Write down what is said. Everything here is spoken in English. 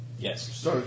Yes